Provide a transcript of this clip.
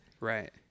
Right